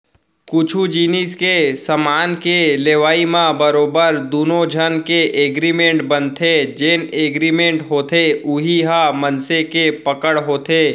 कुछु जिनिस के समान के लेवई म बरोबर दुनो झन के एगरिमेंट बनथे जेन एगरिमेंट होथे उही ह मनसे के पकड़ होथे